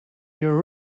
your